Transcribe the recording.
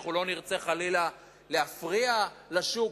אנחנו לא נרצה חלילה להפריע לשוק,